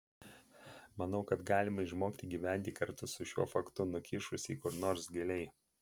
manau kad galima išmokti gyventi kartu su šiuo faktu nukišus jį kur nors giliai